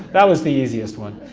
that was the easiest one.